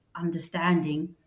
understanding